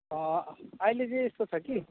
अहिले चाहिँ यस्तो छ कि